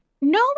No